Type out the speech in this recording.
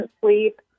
sleep